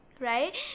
right